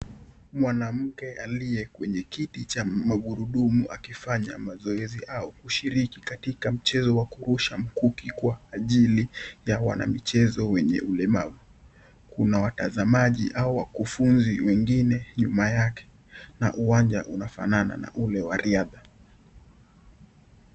Mwanamke aliyekwenye kiti cha magurudumu akifanya mazoezi au kushiriki katika mchezo wa kurusha mikuki kwa ajili ya wanamichezo wenye ulemavu kuna watazamaji au wakufunzi wengine nyuma yake na uwanja unafanana na ule wa riadha.